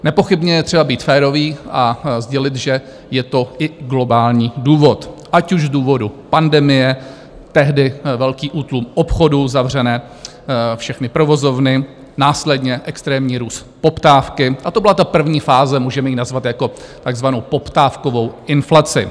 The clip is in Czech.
Nepochybně je třeba být férový a sdělit, že je to i globální důvod, ať už z důvodu pandemie, tehdy velký útlum obchodů, zavřené všechny provozovny, následně extrémní růst poptávky, a to byla ta první fáze, můžeme ji nazvat jako takzvanou poptávkovou inflaci.